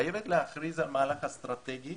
חייבת להכריז על מהלך אסטרטגי